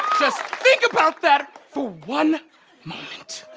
just think about that for one moment.